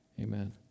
Amen